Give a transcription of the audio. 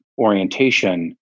orientation